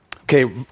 Okay